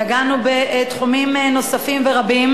נגענו בתחומים נוספים ורבים